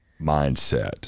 mindset